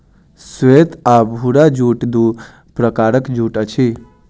श्वेत आ भूरा जूट दू प्रकारक जूट अछि